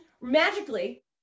magically